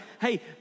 hey